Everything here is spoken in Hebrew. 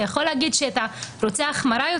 אתה יכול להגיד שאתה רוצה יותר החמרה.